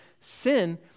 sin